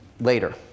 later